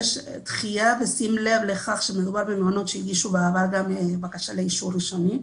יש דחיה ושמי לב לכך שמדובר במעונות שהגישו בקשה לאישור ראשוני,